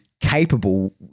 capable